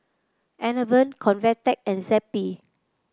Enervon Convatec and Zappy